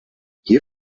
hier